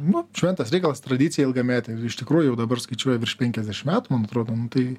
nu šventas reikalas tradicija ilgametė ir iš tikrųjų jau dabar skaičiuoja virš penkiasdešim metų man atrodo nu tai